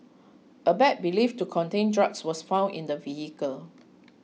a bag believed to contain drugs was found in the vehicle